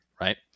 right